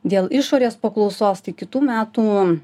dėl išorės paklausos tai kitų metų